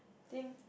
think